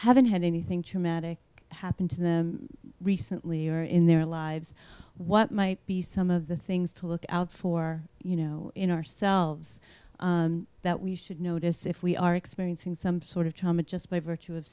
haven't had anything to magic happen to them recently or in their lives what might be some of the things to look out for you know in ourselves that we should notice if we are experiencing some sort of trauma just by virtue of